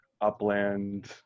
upland